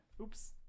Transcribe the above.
oops